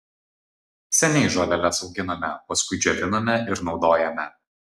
seniai žoleles auginame paskui džioviname ir naudojame